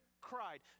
cried